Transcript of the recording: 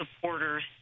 supporters